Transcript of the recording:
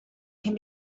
can